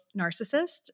narcissists